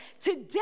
Today